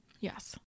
Yes